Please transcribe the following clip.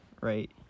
right